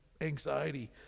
anxiety